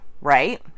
right